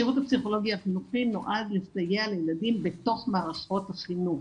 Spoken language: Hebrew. השירות הפסיכולוגי החינוכי נועד לסייע לילדים בתוך מערכות החינוך,